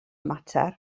mater